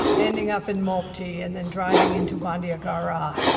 ending up in mopti, and then driving into bandiagara,